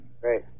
Great